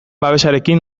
babesarekin